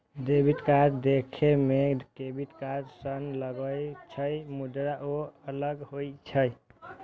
debit card देखै मे credit card सन लागै छै, मुदा ओ अलग होइ छै